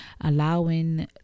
allowing